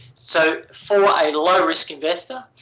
so for a low-risk investor,